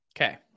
Okay